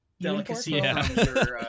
delicacy